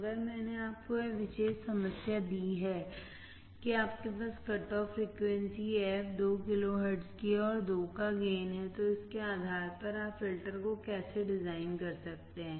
अगर मैंने आपको यह विशेष समस्या दी है कि आपके पास cut off frequency fc 2 kilohertz की है और 2 का गेन है तो उसके आधार पर आप फ़िल्टर को कैसे डिज़ाइन कर सकते हैं